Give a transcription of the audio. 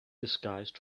disguised